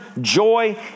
joy